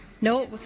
no